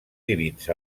divins